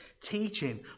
teaching